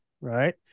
right